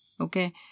okay